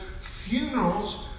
funerals